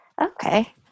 Okay